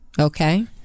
Okay